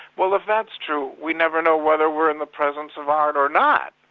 well if that's true, we never know whether we're in the presence of art or not.